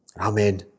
Amen